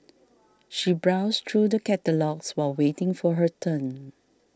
she browsed through the catalogues while waiting for her turn